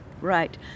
Right